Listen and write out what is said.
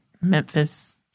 Memphis